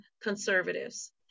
conservatives